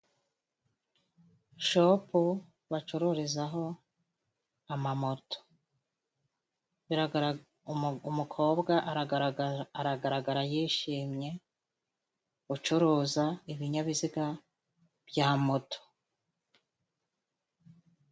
Shopu bacururizaho amamoto, umukobwa aragaragara yishimye, ucuruza ibinyabiziga bya moto.